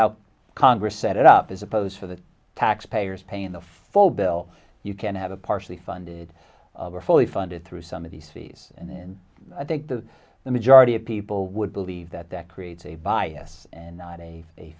how congress set it up as opposed to the taxpayers paying the full bill you can't have a partially funded or fully funded through some of these fees and then i think that the majority of people would believe that that creates a bias and not a